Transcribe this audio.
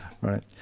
right